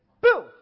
Boom